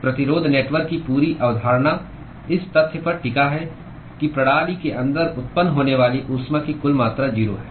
प्रतिरोध नेटवर्क की पूरी अवधारणा इस तथ्य पर टिका है कि प्रणाली के अंदर उत्पन्न होने वाली ऊष्मा की कुल मात्रा 0 है